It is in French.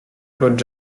claude